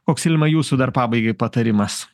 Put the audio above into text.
koks ilma jūsų dar pabaigai patarimas